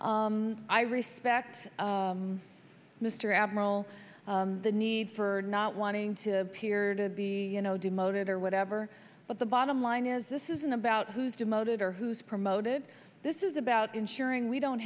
right i respect mr abnormal the need for not wanting to appear to be you know demoted or whatever but the bottom line is this isn't about who's demoted or who's promoted this is about ensuring we don't